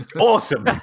Awesome